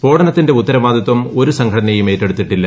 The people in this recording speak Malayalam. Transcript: സ്ഫോടനത്തിന്റെ ഉത്തരവാദിത്വം ഒരു സംഘടനയും ഏറ്റെടുത്തിട്ടില്ല